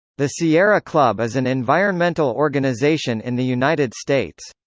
the sierra club is an environmental organization in the united states.